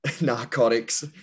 narcotics